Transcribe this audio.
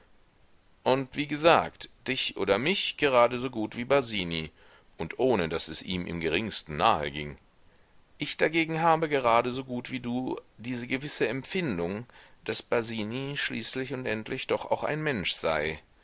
und wie gesagt dich oder mich gerade so gut wie basini und ohne daß es ihm im geringsten nahe ginge ich dagegen habe gerade so gut wie du diese gewisse empfindung daß basini schließlich und endlich doch auch ein mensch sei